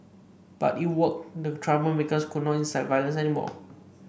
but it worked the troublemakers could not incite violence anymore